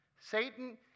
Satan